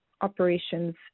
operations